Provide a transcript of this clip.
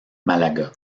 malaga